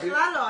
בכלל לא,